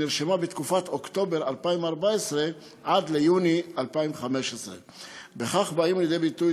שנרשמה בתקופת אוקטובר 2014 עד ליוני 2015. בכך באים לידי ביטוי